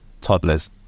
toddlers